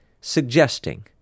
suggesting